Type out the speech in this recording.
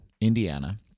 Indiana